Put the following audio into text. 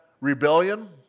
rebellion